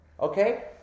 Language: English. Okay